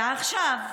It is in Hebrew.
ועכשיו,